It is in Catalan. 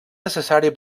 necessari